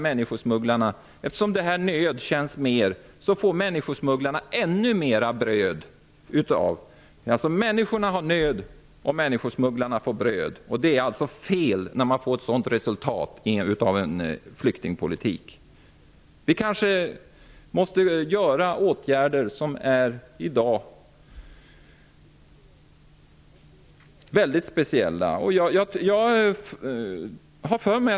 Människorna har nöd, och människosmugglarna får bröd. Det är något som är fel när det blir ett sådant resultat av flyktingpolitiken. Vi måste kanske vidta speciella åtgärder.